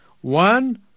One